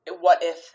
what-if